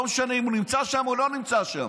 ולא משנה אם הוא נמצא שם או לא נמצא שם.